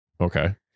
Okay